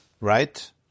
right